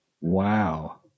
Wow